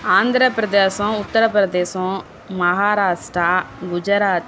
ஆந்திரபிரதேசோம் உத்திரப்பிரதேசோம் மகாராஷ்ட்ரா குஜராத்